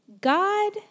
God